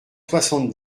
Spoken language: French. soixante